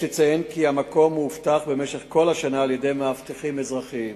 יש לציין כי המקום מאובטח במשך כל השנה על-ידי מאבטחים אזרחיים.